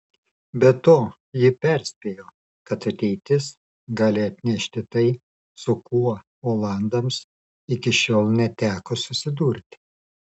be to ji perspėjo kad ateitis gali atnešti tai su kuo olandams iki šiol neteko susidurti